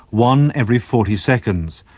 one every forty seconds,